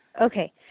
okay